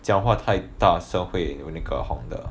讲话太大声会有那个红的